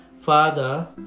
Father